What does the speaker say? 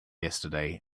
yesterday